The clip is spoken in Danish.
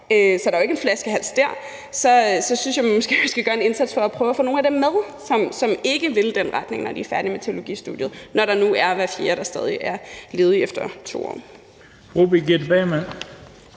så der er jo ikke en flaskehals der – så synes jeg måske, vi skal gøre en indsats for at prøve at få nogle af dem med, som ikke vil i den retning, når de er færdige med teologistudiet, når det nu er sådan, at hver fjerde stadig er ledig efter 2 år. Kl. 14:41 Den